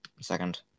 Second